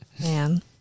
Man